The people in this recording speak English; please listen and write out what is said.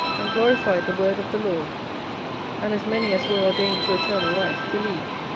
and glorified the word of the lord and as many as were ordained to eternal life believed.